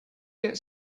get